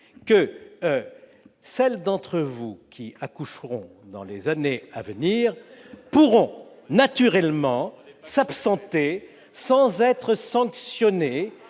: celles d'entre vous qui accoucheront dans les années à venir pourront naturellement s'absenter sans être sanctionnées